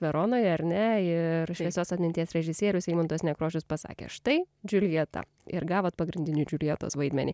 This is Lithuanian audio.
veronoje ar ne ir šviesios atminties režisierius eimuntas nekrošius pasakė štai džiuljeta ir gavot pagrindinį džiuljetos vaidmenį